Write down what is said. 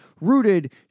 rooted